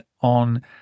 on